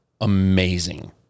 amazing